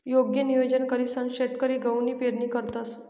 योग्य नियोजन करीसन शेतकरी गहूनी पेरणी करतंस